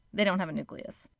they don't have a nucleus.